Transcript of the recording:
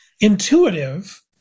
intuitive